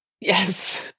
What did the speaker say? Yes